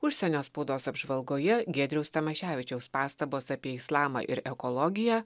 užsienio spaudos apžvalgoje giedriaus tamoševičiaus pastabos apie islamą ir ekologiją